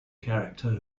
character